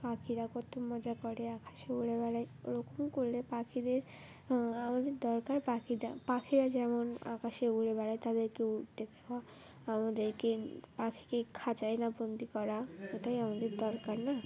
পাখিরা কত মজা করে আকাশে উড়ে বেড়ায় ওরকম করলে পাখিদের আমাদের দরকার পাখিরা পাখিরা যেমন আকাশে উড়ে বেড়ায় তাদেরকে উঠতে খাওয়া আমাদেরকে পাখিকে খাঁচায় না বন্দি করা ওটাই আমাদের দরকার না